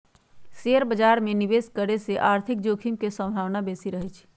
share बाजार में निवेश करे से आर्थिक जोखिम के संभावना बेशि रहइ छै